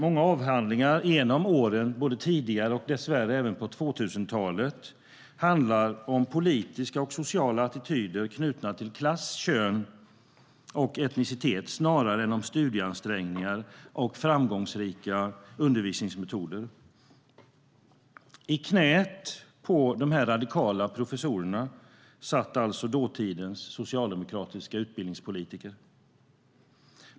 Många avhandlingar genom åren, både tidigare och dess värre även på 00-talet, har handlat om politiska och sociala attityder knutna till klass, kön och etnicitet snarare än om studieansträngningar och framgångsrika undervisningsmetoder. I knäet på de radikala professorerna satt dåtidens socialdemokratiska utbildningspolitiker.